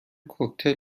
کوکتل